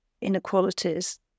inequalities